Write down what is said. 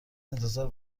انتظار